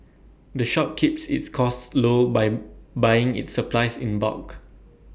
the shop keeps its costs low by buying its supplies in bulk